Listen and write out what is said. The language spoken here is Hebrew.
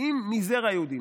אם מזרע יהודים.